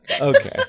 Okay